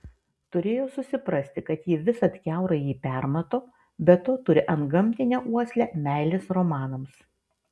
turėjo susiprasti kad ji visad kiaurai jį permato be to turi antgamtinę uoslę meilės romanams